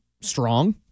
strong